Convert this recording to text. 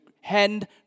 hand